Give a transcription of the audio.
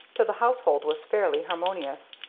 till the household was fairly harmonious,